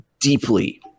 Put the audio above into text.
deeply